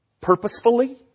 purposefully